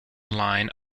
line